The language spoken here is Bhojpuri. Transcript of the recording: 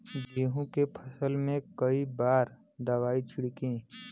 गेहूँ के फसल मे कई बार दवाई छिड़की?